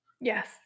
Yes